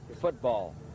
football